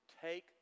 Take